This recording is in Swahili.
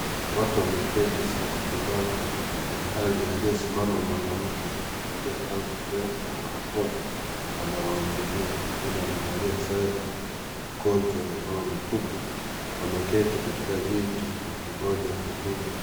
Watu wameketi sako Kwa bako ilhali aliyesimama mwanamke amevalia kanzu refu na barakoa anawahutubia mwingine wamevalia sare wameketi kwenye viti wakingoja hotuba.